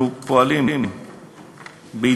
אנחנו פועלים בהידברות